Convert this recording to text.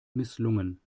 misslungen